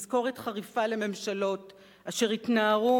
תזכורת חריפה לממשלות אשר התנערו